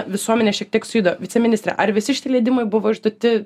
visuomenė šiek tiek sujudo viceministre ar visi šie leidimai buvo išduoti